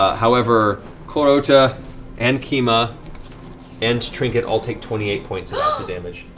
however, clarota and kima and trinket all take twenty eight points of acid damage.